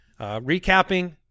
Recapping